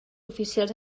oficials